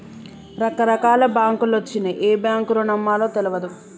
రకరకాల బాంకులొచ్చినయ్, ఏ బాంకును నమ్మాలో తెల్వదు